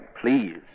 Please